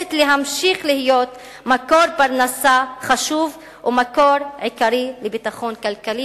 נאלצת להמשיך להיות מקור פרנסה חשוב ומקור עיקרי לביטחון כלכלי.